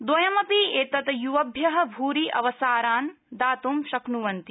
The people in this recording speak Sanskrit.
द्रयमपि एतत् युवभ्य भूरि अवसरान् दात् शक्नुवन्ति